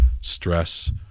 stress